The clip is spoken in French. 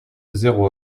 zéro